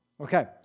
Okay